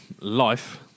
life